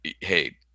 Hey